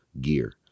gear